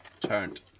Turned